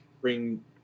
bring